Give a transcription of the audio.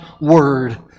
Word